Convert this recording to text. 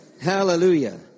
Hallelujah